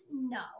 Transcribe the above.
no